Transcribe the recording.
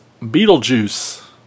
Beetlejuice